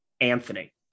Anthony